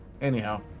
Anyhow